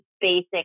basic